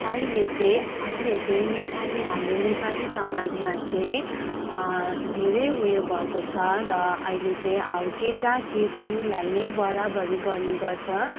अहिले चाहिँ अहिले चाहिँ नेपाली हाम्रो नेपाली समाजमा चाहिँ धेरै उयो भएको छ र अहिले चाहिँ अब केटा केटीलाई नै बराबरी गर्ने गर्छ र